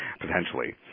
potentially